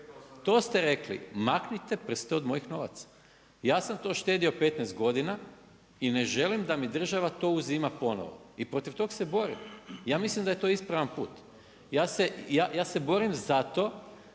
To ste rekli, maknite prste od mojih novaca. Ja sam to štedio 15 godina i ne želim da mi država to uzima ponovo. I protiv tog se borim. Ja mislim da je to ispravan put. Ja se borim zato